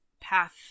path